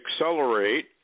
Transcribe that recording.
accelerate